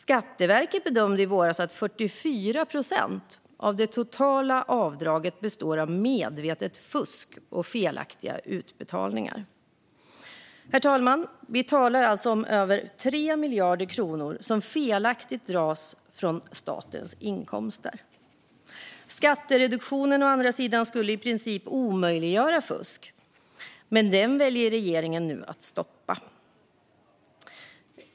Skatteverket bedömde i våras att 44 procent av det totala avdraget består av medvetet fusk och felaktiga utbetalningar. Herr talman! Vi talar alltså om över 3 miljarder kronor som felaktigt dras från statens inkomster. Skattereduktionen skulle å andra sidan i princip omöjliggöra fusk, men den väljer regeringen nu att stoppa.